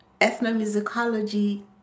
ethnomusicology